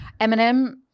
Eminem